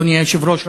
אדוני היושב-ראש,